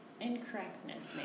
incorrectness